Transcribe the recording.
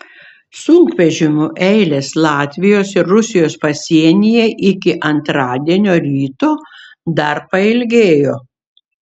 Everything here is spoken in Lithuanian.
sunkvežimių eilės latvijos ir rusijos pasienyje iki antradienio ryto dar pailgėjo